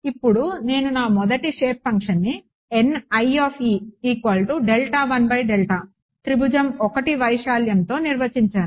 ఇప్పుడు నేను నా మొదటి షేప్ ఫంక్షన్ని N1e 1 త్రిభుజం 1 వైశాల్యంతో నిర్వచించాను